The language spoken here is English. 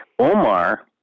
Omar